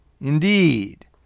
Indeed